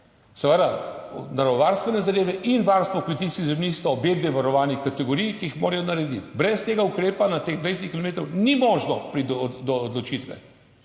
Seveda, naravovarstvene zadeve in varstvo kmetijskih zemljišč sta obe varovani kategoriji, ki jih morajo narediti. Brez tega ukrepa na teh 20 kilometrih ni možno priti do odločitve.